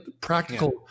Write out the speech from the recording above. practical